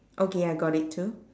okay I got it too